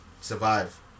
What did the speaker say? survive